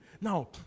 Now